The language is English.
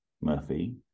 murphy